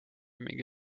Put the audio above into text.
mingi